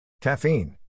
Caffeine